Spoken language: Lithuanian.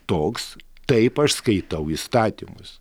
toks taip aš skaitau įstatymus